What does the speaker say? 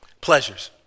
pleasures